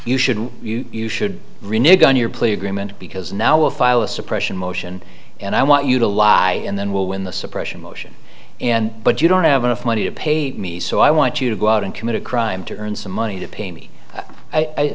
you shouldn't you should rename gun your plea agreement because now we'll file a suppression motion and i want you to lie and then we'll win the suppression motion and but you don't have enough money to pay me so i want you to go out and commit a crime to earn some money to pay me i